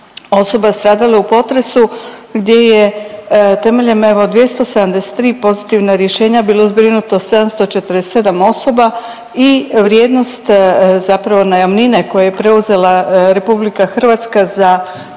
stradalih u potresu gdje je temeljem evo 273 pozitivna rješenja bilo zbrinuto 747 osoba i vrijednost zapravo najamnine koju je preuzela RH za